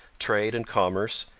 trade and commerce,